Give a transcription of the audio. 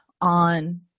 on